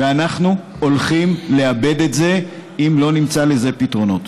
ואנחנו הולכים לאבד את זה אם לא נמצא לזה פתרונות.